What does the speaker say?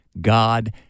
God